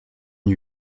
n’y